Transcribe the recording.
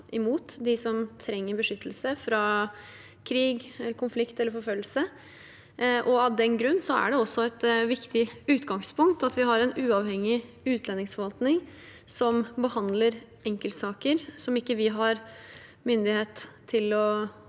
imot dem som trenger beskyttelse fra krig, konflikt eller forfølgelse. Av den grunn er det også et viktig utgangspunkt at vi har en uavhengig utlendingsforvaltning som behandler enkeltsaker, som ikke vi har myndighet til å